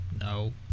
No